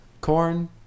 Corn